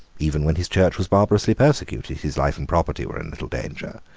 even when his church was barbarously persecuted, his life and property were in little danger.